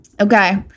Okay